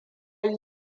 yi